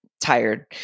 tired